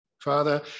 father